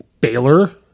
Baylor